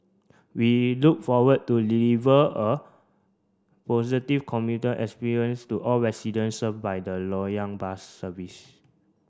we look forward to deliver a positive commuter experience to all residents served by the Loyang bus services